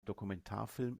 dokumentarfilm